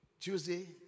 Tuesday